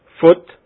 foot